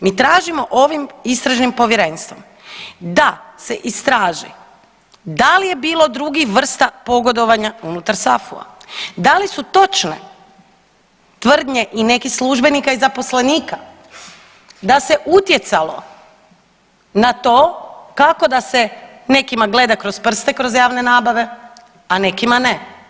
Mi tražimo ovim istražnim povjerenstvom da se istraži da li je bilo drugih vrsta pogodovanja unutar SAFU-a, da li su točne tvrdnje i nekih službenika i zaposlenika da se utjecalo na to kako da se nekima gleda kroz prste kroz javne nabave a nekima ne.